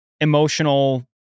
Emotional